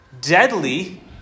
deadly